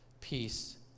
peace